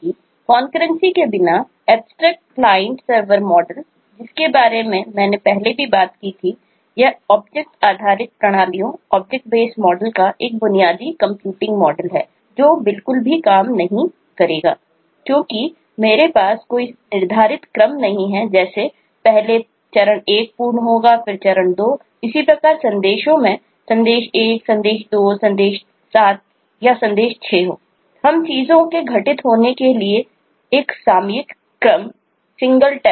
तो कॉन्करेन्सी को परिभाषित नहीं कर पाएंगे